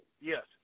Yes